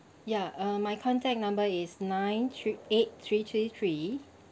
ya uh my contact number is nine three eight three three three